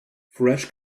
fresh